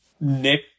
Nick